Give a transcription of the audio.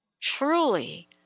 Truly